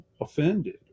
offended